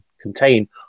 contain